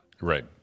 Right